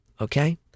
okay